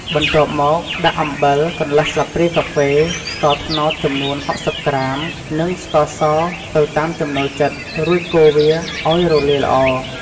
បន្ទាប់មកដាក់អំបិល កន្លះស្លាបព្រាកាហ្វេ ស្ករត្នោតចំនួន៦០ក្រាម និងស្ករសទៅតាមចំណូលចិត្ត រួចកូរវាឲ្យរលាយល្អ។